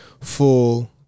full